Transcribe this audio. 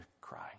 cry